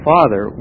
Father